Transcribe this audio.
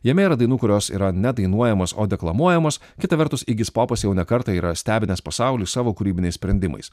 jame yra dainų kurios yra ne dainuojamos o deklamuojamos kita vertus įgis popas jau ne kartą yra stebinęs pasaulį savo kūrybiniais sprendimais